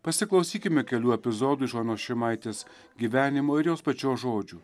pasiklausykime kelių epizodų iš onos šimaitės gyvenimo ir jos pačios žodžių